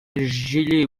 җылы